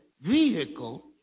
vehicle